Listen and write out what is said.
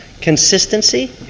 Consistency